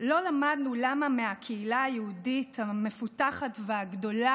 לא למדנו למה מהקהילה היהודית המפותחת והגדולה